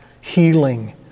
healing